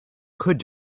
could